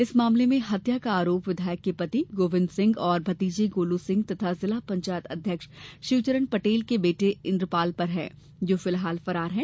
इस मामले मे हत्या का आरोप विधायक के पति गोविंद सिंह और भतीजे गोलू सिंह तथा जिला पंचायत अध्यक्ष शिवचरण पटेल के बेटे इन्द्र पाल पर है जो फिलहाल फरार हैं